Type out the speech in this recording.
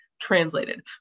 translated